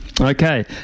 Okay